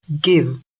give